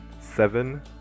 seven